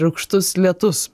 rūgštus lietus